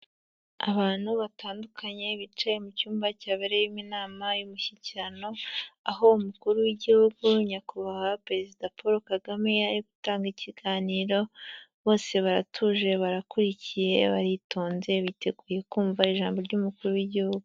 Abantu batandukanye bicaye mu cyumba cyabereyemo inama y'umushyikirano, aho umukuru w'igihugu nyakubahwa Perezida Paul Kagame yaje gutanga ikiganiro, bose baratuje, barakurikiye, baritonze, biteguye kumva ijambo ry'umukuru w'igihugu.